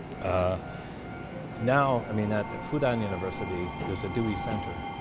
ah now, i mean at fudan university, there's a dewey center.